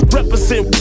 represent